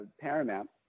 Paramount